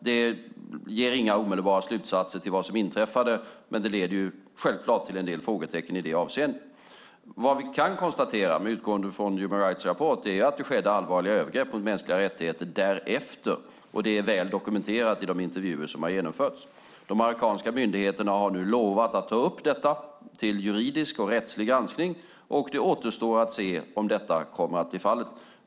Det ger inga omedelbara slutsatser om vad som inträffade, men det leder självklart till en del frågetecken. Vad vi kan konstatera utgående från rapporten från Human Rights Watch är att det skedde allvarliga övergrepp mot mänskliga rättigheter därefter, och det är väl dokumenterat i de intervjuer som har genomförts. De marockanska myndigheterna har nu lovat att ta upp detta till juridisk och rättslig granskning, och det återstår att se om detta kommer att bli fallet.